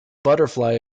butterfly